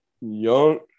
young